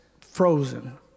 frozen